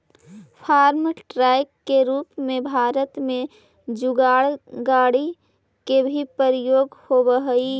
farm truck के रूप में भारत में जुगाड़ गाड़ि के भी प्रयोग होवऽ हई